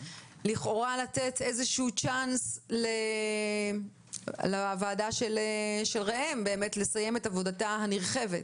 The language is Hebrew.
לכאורה לתת איזשהו צ'אנס לוועדה של ראם עמינח לסיים את עבודתה הנרחבת.